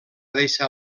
deixar